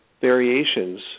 variations